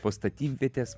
po statybvietes